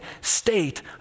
state